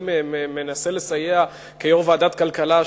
אני מנסה לסייע כיושב-ראש ועדת הכלכלה,